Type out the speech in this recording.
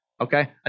okay